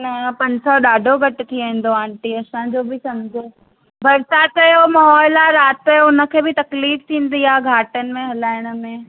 न पंज सौ ॾाढो घटि थी वेंदो आंटी असांजो बि समुझो बरसाति जो माहौल आहे राति जो हुनखे बि तकलीफ़ थींदी आहे घाटनि में हलाइण में